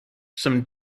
some